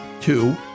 Two